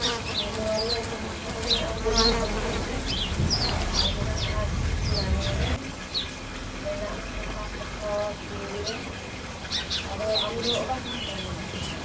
ᱱᱚᱣᱟ ᱨᱮᱭᱟᱜ ᱥᱟᱠᱷᱟ ᱫᱚ ᱢᱮᱱᱟᱜᱼᱟ ᱵᱳᱞᱯᱩᱨ ᱵᱟᱭᱯᱟᱥ ᱨᱮ ᱟᱨ ᱢᱮᱱᱟᱜᱼᱟ ᱱᱟᱱᱩᱨ ᱨᱮ ᱢᱮᱱᱟᱜᱼᱟ ᱟᱨᱦᱚᱸ ᱥᱤᱣᱲᱤ ᱨᱮ ᱟᱫᱚ ᱟᱢ ᱫᱚ ᱚᱠᱟ ᱠᱷᱚᱱᱮᱢ ᱯᱷᱳᱱ ᱞᱮᱫᱟ